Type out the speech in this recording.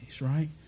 right